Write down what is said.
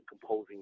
composing